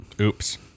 Oops